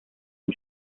und